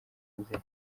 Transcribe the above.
nzira